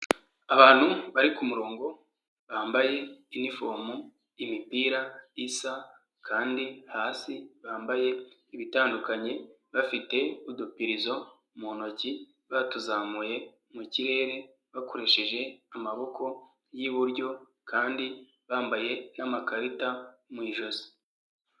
Abantu bari ku murongo bambaye inifomu imipira isa kandi hasi bambaye ibitandukanye, bafite udupirizo mu ntoki batuzamuye mu kirere bakoresheje amaboko y'iburyo kandi bambaye n'amakarita mu ijosi.